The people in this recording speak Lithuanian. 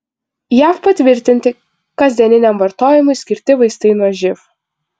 jav patvirtinti kasdieniniam vartojimui skirti vaistai nuo živ